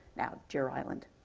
now deer island.